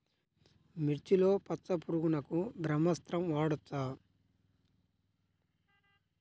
మిర్చిలో పచ్చ పురుగునకు బ్రహ్మాస్త్రం వాడవచ్చా?